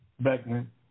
Beckman